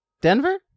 Denver